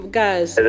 guys